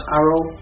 arrow